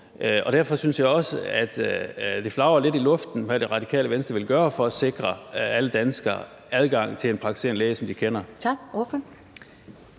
Derfor synes jeg også, at det flagrer lidt i luften, hvad Det Radikale Venstre vil gøre for at sikre alle danskere adgang til en praktiserende læge, som de kender.